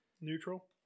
Neutral